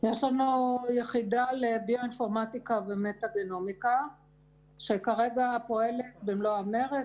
יש לנו יחידה לביואינפורמטיקה ומטגנומיקה שכרגע פועלת במלוא המרץ.